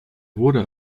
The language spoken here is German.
wurde